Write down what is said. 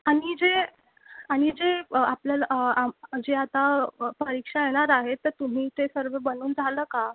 आणि जे आणि जे आपल्याला आम जे आता परीक्षा येणार आहे तर तुम्ही ते सर्व बनवून झालं का